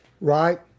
Right